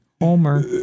Homer